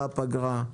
במהלך הפגרה,